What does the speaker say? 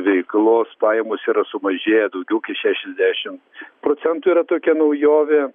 veiklos pajamos yra sumažėję daugiau kaip šešiasdešimt procentų yra tokia naujovė